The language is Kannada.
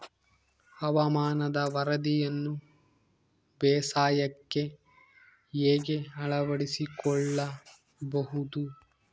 ಹವಾಮಾನದ ವರದಿಯನ್ನು ಬೇಸಾಯಕ್ಕೆ ಹೇಗೆ ಅಳವಡಿಸಿಕೊಳ್ಳಬಹುದು?